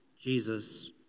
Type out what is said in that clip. Jesus